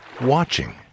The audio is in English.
watching